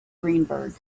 greenberg